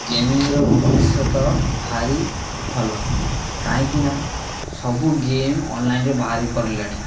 ଗେମିଂର ଭବିଷ୍ୟତ ଭାରି ଭଲ କାହିଁକିନା ସବୁ ଗେମ୍ ଅନ୍ଲାଇନ୍ରେ ବାହାରି ପଡ଼ିଲାଣି